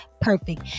perfect